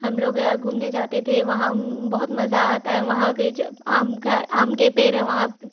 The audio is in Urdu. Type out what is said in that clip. ہم لوگ گھومنے جاتے تھے وہاں بہت مزہ آتا ہے وہاں کے جو آم آم کے پیڑ ہیں وہاں